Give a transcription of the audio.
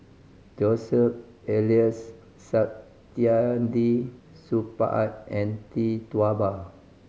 Joseph Elias Saktiandi Supaat and Tee Tua Ba